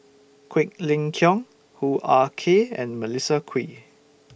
Quek Ling Kiong Hoo Ah Kay and Melissa Kwee